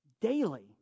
daily